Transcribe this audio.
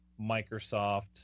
Microsoft